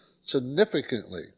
significantly